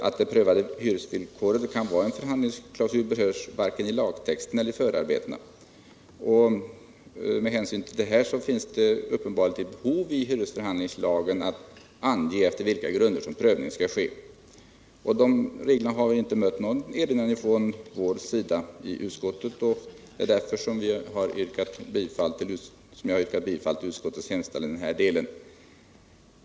Att det prövade hyresvillkoret kan vara en förhandlingsklausul berörs varken i lagtexten eller i förarbetena. Med hänsyn till detta finns det uppenbarligen ett behov av allt i hyresförhandlingslagen ange efter vilka grunder som prövning skall ske. De reglerna har inte mött någon erinran från något håll i utskottet, och det är därför som jag yrkar bifall till utskottets hemställan i denna del.